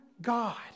God